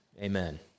Amen